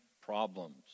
problems